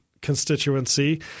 constituency